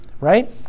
right